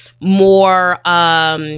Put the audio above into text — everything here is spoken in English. more